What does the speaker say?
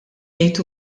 ngħid